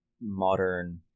modern